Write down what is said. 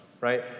right